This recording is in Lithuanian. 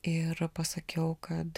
ir pasakiau kad